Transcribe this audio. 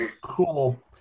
Cool